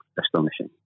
Astonishing